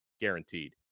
guaranteed